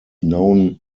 known